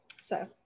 so-